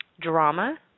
Drama